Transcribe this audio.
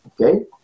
Okay